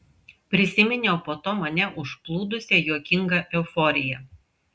prisiminiau po to mane užplūdusią juokingą euforiją